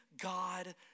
God